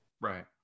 Right